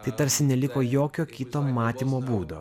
tai tarsi neliko jokio kito matymo būdo